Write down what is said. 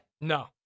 No